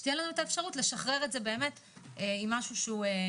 שתהיה לנו אפשרות לשחרר את זה עם משהו קביל.